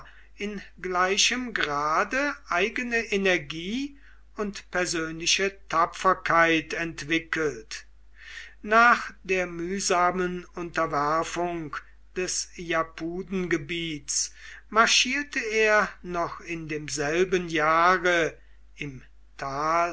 in gleichem grade eigene energie und persönliche tapferkeit entwickelt nach der mühsamen unterwerfung des japudengebiets marschierte er noch in demselben jahre im tal